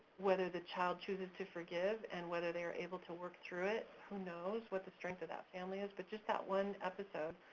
whether the child chooses to forgive and whether they are able to work through it, who knows what the strength of that family is, but just that one episode,